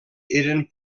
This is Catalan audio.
eren